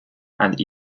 and